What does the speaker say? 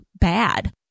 bad